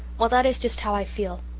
well, that is just how i feel.